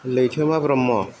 Laithoma Brahma